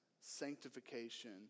sanctification